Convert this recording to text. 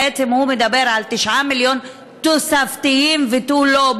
בעצם הוא מדבר על 9 מיליון תוספתיים ותו לא,